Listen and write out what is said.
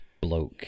bloke